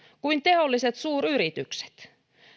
kuin teolliset suuryritykset